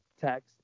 text